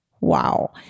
Wow